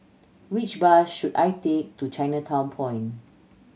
which bus should I take to Chinatown Point